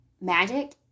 Magic